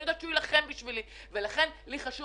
יודעת שהוא יילחם בשבילי ולכן לי חשוב